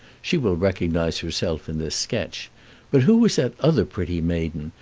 she will recognize herself in this sketch but who was that other pretty maiden,